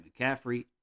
McCaffrey